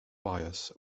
bias